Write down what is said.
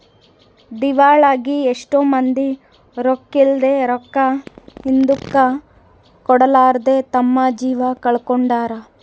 ದಿವಾಳಾಗಿ ಎಷ್ಟೊ ಮಂದಿ ರೊಕ್ಕಿದ್ಲೆ, ರೊಕ್ಕ ಹಿಂದುಕ ಕೊಡರ್ಲಾದೆ ತಮ್ಮ ಜೀವ ಕಳಕೊಂಡಾರ